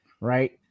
right